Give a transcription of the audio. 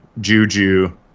Juju